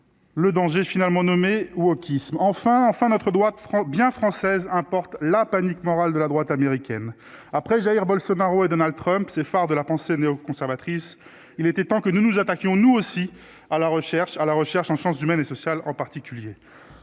Le danger, finalement nommé ou autisme enfin enfin notre droite front bien française importe la panique morale de la droite américaine, après j'ai Bolsonaro et Donald Trump s'est phare de la pensée néoconservatrice, il était temps que nous nous attaquions nous aussi à la recherche, à la recherche en sciences humaines et sociales en particulier,